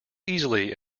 easily